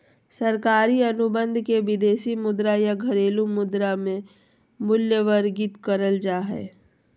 सरकारी अनुबंध के विदेशी मुद्रा या घरेलू मुद्रा मे मूल्यवर्गीत करल जा हय